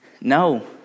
No